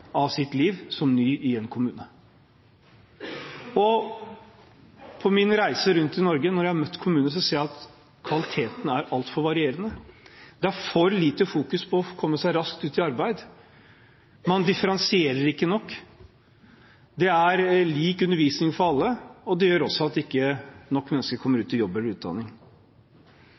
av sitt liv som ny i en kommune. På min reise rundt i kommuner i Norge har jeg sett at kvaliteten er altfor varierende. Det er for lite fokus på å komme raskt ut i arbeid. Man differensierer ikke nok. Det er lik undervisning for alle, og det gjør også at det ikke er nok mennesker som kommer ut i jobb eller utdanning.